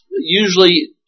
usually